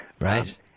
Right